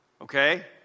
okay